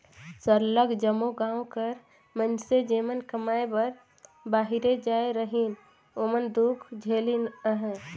सरलग जम्मो गाँव कर मइनसे जेमन कमाए बर बाहिरे जाए रहिन ओमन दुख झेलिन अहें